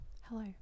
Hello